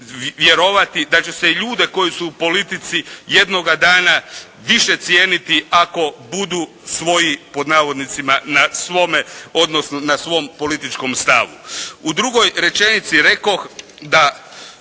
da će se i ljude koji su u politici jednoga dana više cijeniti ako budu svoji pod navodnicima na svome odnosno na svom političkom stavu. U drugoj rečenici rekoh da